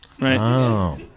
Right